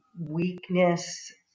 weakness